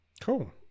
Cool